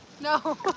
No